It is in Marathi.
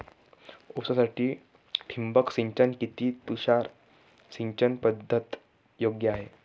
ऊसासाठी ठिबक सिंचन कि तुषार सिंचन पद्धत योग्य आहे?